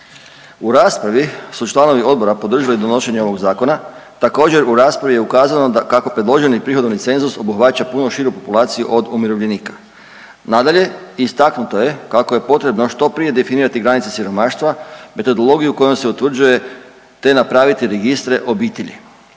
U raspravi su članovi Odbora podržali donošenje ovog Zakona, također, u raspravi je ukazalo kako predloženi prihodovni cenzus obuhvaća puno širu populaciju od umirovljenika. Nadalje, istaknuto je kako je potrebno što prije definirati granice siromaštva, metodologiju kojom se utvrđuje te napraviti registre obitelji.